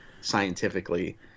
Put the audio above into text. scientifically